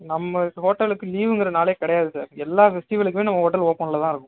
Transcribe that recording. நம்ம ஹோட்டலுக்கு லீவுங்கிற நாளே கிடையாது சார் எல்லா ஃபெஸ்ட்டிவலுக்குமே நம்ம ஹோட்டல் ஓப்பனில் தான் இருக்கும்